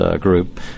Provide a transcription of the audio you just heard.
group